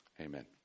amen